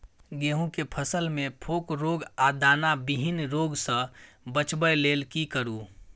गेहूं के फसल मे फोक रोग आ दाना विहीन रोग सॅ बचबय लेल की करू?